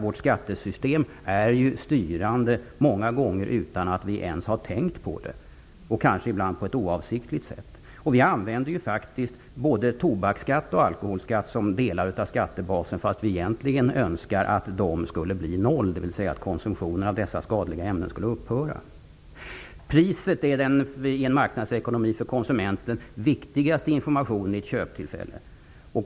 Vårt skattesystem är styrande, många gånger utan att vi ens har tänkt på det, och ibland kanske på ett direkt oavsiktligt sätt. Vi använder faktiskt både tobaksskatt och alkoholskatt som delar av skattebasen, trots att vi egentligen önskar att de skulle bli noll, dvs. att konsumtionen av dessa skadliga ämnen skulle upphöra. Priset är i en marknadsekonomi den för konsumenten viktigaste informationen vid ett köptillfälle.